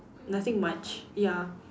nothing much ya